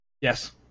Yes